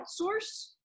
outsource